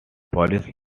polish